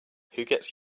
gets